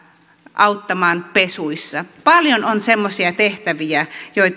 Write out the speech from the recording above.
auttaa pesuissa paljon on semmoisia tehtäviä